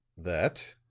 that,